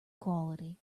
quality